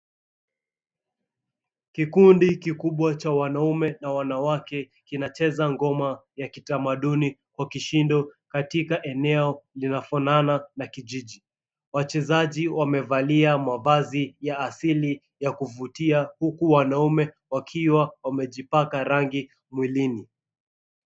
Kikundi kikubwa cha wanaume na wanawake kina cheza ngoma ya kitamaduni wa kishindo katika eneo linalofanana na kijiji. Wachezaji wamevalia mavazi ya asili ya kivutia huku wanaume wakiwa wamejipaka rangi mwilini.